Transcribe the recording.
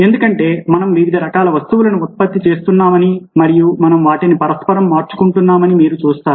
ఎందుకంటే మనం వివిధ రకాల వస్తువులను ఉత్పత్తి చేస్తున్నామని మరియు మనం వాటిని పరస్పరం మార్చుకుంటున్నామని మీరు చూస్తారు